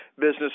business